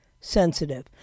sensitive